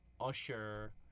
Usher